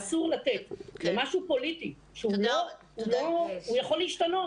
אסור לתת למשהו פוליטי שיכול להשתנות.